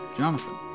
Jonathan